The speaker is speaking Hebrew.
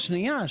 לא, שניה.